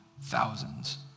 thousands